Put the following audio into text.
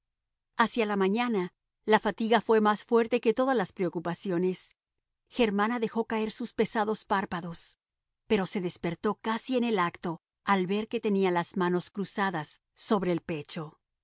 hacia la mañana la fatiga fue más fuerte que todas las preocupaciones germana dejó caer sus pesados párpados pero se despertó casi en el acto al ver que tenía las manos cruzadas sobre el pecho